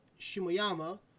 Shimoyama